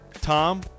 Tom